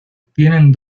tienen